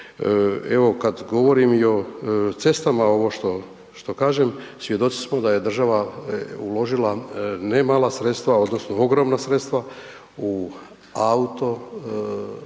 Evo kad govorim i o cestama ovo što kažem svjedoci smo da je država uložila ne mala sredstva, odnosno ogromna sredstva u autoceste,